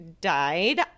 died